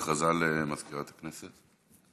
הודעה למזכירת הכנסת.